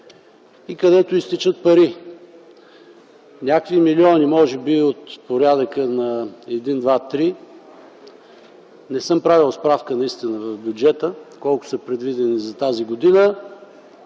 където изтичат пари – някакви милиони, може би от порядъка на 1-2-3. Не съм правил справка в бюджета колко са предвидени за тази година,